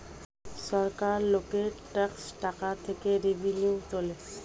সরকার লোকের ট্যাক্সের টাকা থেকে রেভিনিউ তোলে